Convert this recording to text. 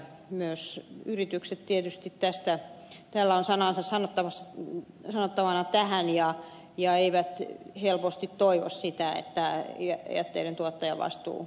myös yrityksillä tietysti on tästä sanansa sanottavana eivätkä ne helposti toivo sitä että jätteiden tuottajavastuu laajentuisi